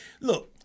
Look